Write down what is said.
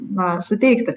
na suteikti